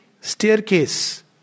staircase